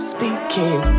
Speaking